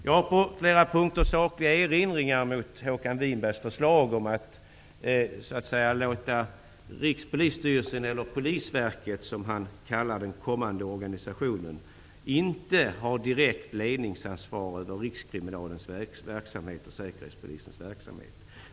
Jag har på flera punkter sakliga erinringar mot Håkan Winbergs förslag om att inte låta Rikspolisstyrelsen -- eller Polisverket, som han kallar den kommande organisationen -- ha direkt ledningsansvar för Rikskriminalens och Säkerhetspolisens verksamhet.